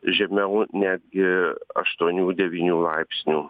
žemiau netgi aštuonių devynių laipsnių